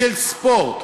של ספורט,